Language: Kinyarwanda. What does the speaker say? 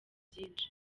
byinshi